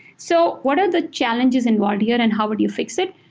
so what are the challenges involved here and and how would you fix it?